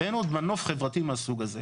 אין עוד מנוף חברתי מהסוג הזה.